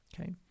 Okay